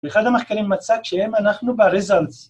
ואחד המחקרים מצא שאם אנחנו בריזלטס.